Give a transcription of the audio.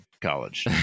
college